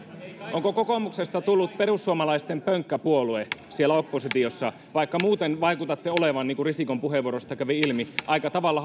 onko kokoomuksesta tullut perussuomalaisten pönkkäpuolue siellä oppositiossa vaikka muuten vaikutatte olevan niin kuin risikon puheenvuorosta kävi ilmi aika tavalla